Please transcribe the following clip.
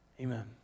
Amen